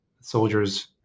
soldiers